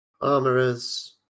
Armourers